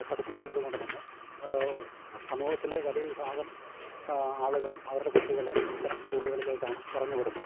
പഠിപ്പിക്കുന്നത് കൊണ്ട് തന്നെ സമൂഹത്തിൽ വലിയ വിഭാഗം ആളുകളും അവരുടെ കുട്ടികളെ ഇത്തരം സ്കൂളുകളിലേക്ക് ആണ് പറഞ്ഞ് വിടുന്നത്